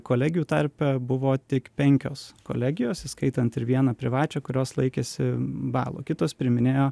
kolegių tarpe buvo tik penkios kolegijos įskaitant ir vieną privačią kurios laikėsi balo kitos priiminėjo